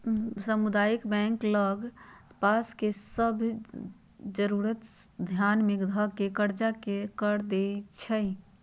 सामुदायिक बैंक लग पास के सभ जरूरत के ध्यान में ध कऽ कर्जा देएइ छइ